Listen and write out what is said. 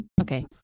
Okay